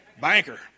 Banker